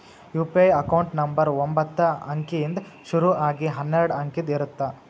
UPI account number ಒಂಬತ್ತ ಅಂಕಿಯಿಂದ್ ಶುರು ಆಗಿ ಹನ್ನೆರಡ ಅಂಕಿದ್ ಇರತ್ತ